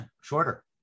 shorter